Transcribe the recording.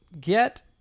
get